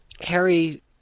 Harry